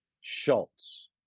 Schultz